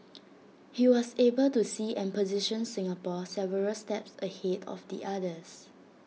he was able to see and position Singapore several steps ahead of the others